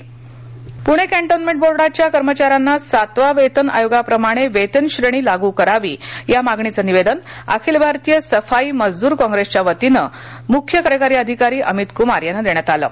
Pune cantonment बोर्डाच्या कर्मचाऱ्यांना सातवा वेतन आयोगाप्रमाणे वेतनश्रेणी लाग्र करावी या मागणीचे निवेदन अखिल भारतीय सफाई मजदूर कॉंग्रेसच्या वतीने मुख्य कार्यकारी अधिकारी अमितकुमार यांना देण्यात आले आहे